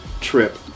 trip